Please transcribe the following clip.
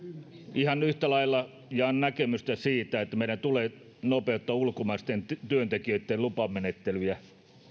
ihan yhtä lailla jaan näkemyksen siitä että meidän tulee nopeuttaa ulkomaisten työntekijöitten lupamenettelyjä